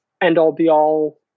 end-all-be-all